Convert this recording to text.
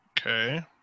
Okay